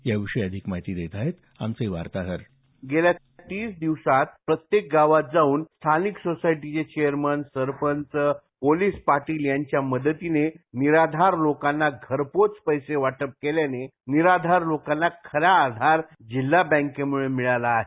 याविषयी अधिक माहिती देत आहेत आमचे वार्ताहर गेल्या तीन दिवसात प्रत्येक गावात जाऊन स्थानिक सोसायटीचे चेअरमन सरपंच पोलिस पाटील यांच्या मदतीने निराधार लोकांना घरपोच पैसे वाटप केल्याने निराधार लोकांना खरा आधार जिल्हा बँकेमूळे मिळाला आहे